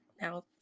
now